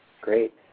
Great